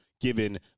given